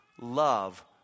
love